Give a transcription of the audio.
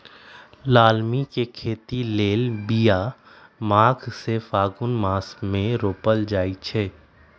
लालमि के खेती लेल बिया माघ से फ़ागुन मास मे रोपल जाइ छै